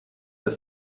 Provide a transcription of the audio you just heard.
der